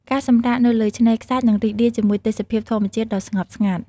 ការសម្រាកនៅលើឆ្នេរខ្សាច់ និងរីករាយជាមួយទេសភាពធម្មជាតិដ៏ស្ងប់ស្ងាត់។